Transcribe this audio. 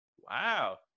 Wow